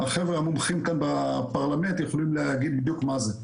החבר'ה המומחים פה בפרלמנט יכולים להגיד בדיוק מה זה.